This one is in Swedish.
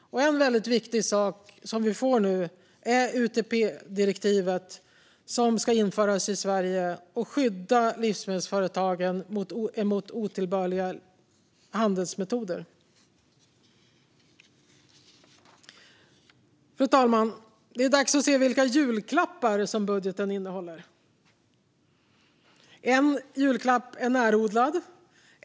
En väldigt viktig sak som vi får nu är UTP-direktivet, som ska införas i Sverige och skydda livsmedelsföretagen mot otillbörliga handelsmetoder. Fru talman! Det är dags att se vilka julklappar som budgeten innehåller. En julklapp i budgeten är närodlad.